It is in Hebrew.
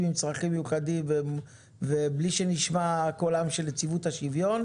עם צרכים מיוחדים ובלי שנשמע קולה של נציבות השוויון.